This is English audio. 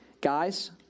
Guys